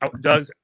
Doug